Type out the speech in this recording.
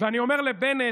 ואני אומר לבנט: